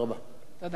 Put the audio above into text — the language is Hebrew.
חבר הכנסת עפו